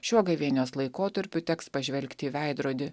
šiuo gavėnios laikotarpiu teks pažvelgti į veidrodį